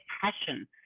passion